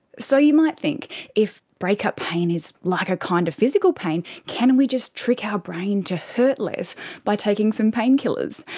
so you might think if breakup pain is like a kind of physical pain, can we just trick our brain to hurt less by taking some painkillers?